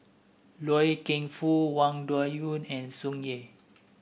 Loy Keng Foo Wang Dayuan and Tsung Yeh